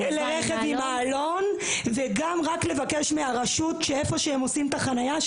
לרכב עם מעלון וגם לבקש מהרשות שאיפה שהם עושים את החניה,